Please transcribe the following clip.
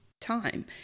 time